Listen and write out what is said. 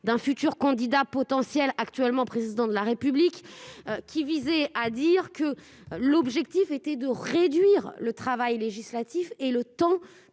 d'un futur candidat potentiel, actuellement président de la République, qui visait à dire que l'objectif était de réduire le travail législatif et le temps